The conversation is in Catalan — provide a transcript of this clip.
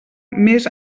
més